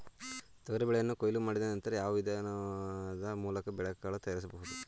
ತೊಗರಿ ಬೇಳೆಯನ್ನು ಕೊಯ್ಲು ಮಾಡಿದ ನಂತರ ಯಾವ ವಿಧಾನದ ಮೂಲಕ ಬೇಳೆಕಾಳು ತಯಾರಿಸಬಹುದು?